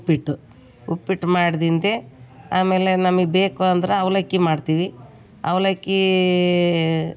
ಉಪ್ಪಿಟ್ಟು ಉಪ್ಪಿಟ್ಟು ಮಾಡ್ದಿಂದೆ ಆಮೇಲೆ ನಮಗೆ ಬೇಕು ಅಂದ್ರೆ ಅವಲಕ್ಕಿ ಮಾಡ್ತೀವಿ ಅವಲಕ್ಕಿ